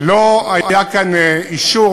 לא היה כאן אישור,